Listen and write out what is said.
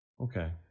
Okay